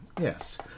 yes